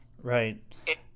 right